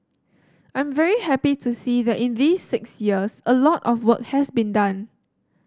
I'm very happy to see that in these six years a lot of work has been done